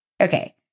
Okay